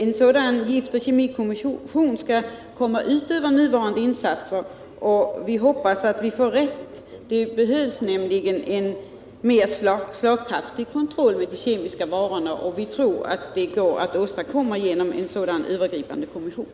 En giftoch kemikommission skall fullgöra uppgifter utöver de insatser som görs redan nu. Det behövs nämligen en mer slagkraftig kontroll av de kemiska produkterna, och vi tror att denna kan åstadkommas av en sådan här övergripande kommission.